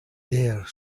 there